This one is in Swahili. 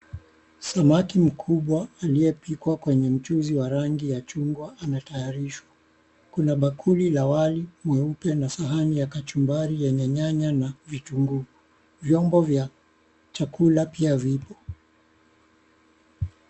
Samaki mkubwa aliyepikwa kwenye mchuzi wa rangi ya chungwa anatayarishwa. kuna bakuli la wali mweupe ,sahani ya kachumbari yenye nyanya na vitunguu. Vyombo vya chakula pia vipo.